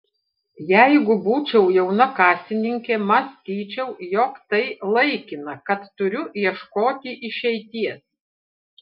jeigu būčiau jauna kasininkė mąstyčiau jog tai laikina kad turiu ieškoti išeities